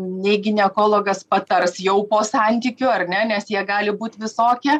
nei ginekologas patars jau po santykių ar ne nes jie gali būti visokie